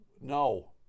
no